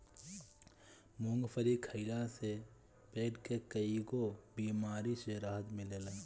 मूंगफली खइला से पेट के कईगो बेमारी से राहत मिलेला